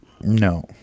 No